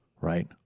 right